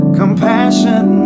compassion